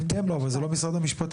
אתם לא, אבל זה לא משרד המשפטים?